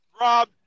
Rob